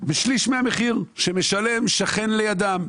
בשליש מהמחיר שמשלם שכן לידם.